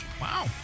wow